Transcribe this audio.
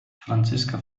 franziska